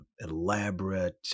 elaborate